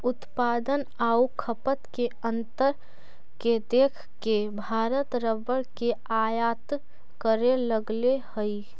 उत्पादन आउ खपत के अंतर के देख के भारत रबर के आयात करे लगले हइ